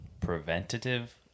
preventative